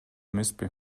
эмеспи